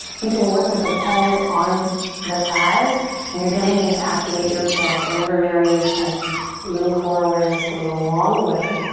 you can work with the palms on the thighs and you're going to need to activate your core. whatever variation, a little core awareness goes a long way.